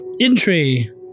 Entry